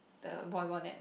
the volleyball net